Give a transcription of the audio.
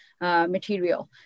material